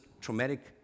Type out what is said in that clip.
traumatic